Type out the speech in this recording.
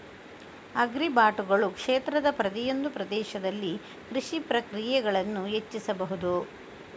ಆಗ್ರಿಬಾಟುಗಳು ಕ್ಷೇತ್ರದ ಪ್ರತಿಯೊಂದು ಪ್ರದೇಶದಲ್ಲಿ ಕೃಷಿ ಪ್ರಕ್ರಿಯೆಗಳನ್ನು ಹೆಚ್ಚಿಸಬಹುದು